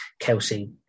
Kelsey